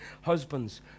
husbands